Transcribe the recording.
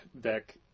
deck